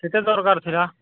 କେତେ ଦରକାର ଥିଲା